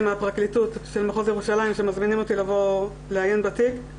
מהפרקליטות של מחוז ירושלים שמזמינים אותי לבוא לעיין בתיק.